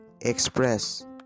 Express